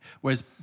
Whereas